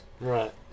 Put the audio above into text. Right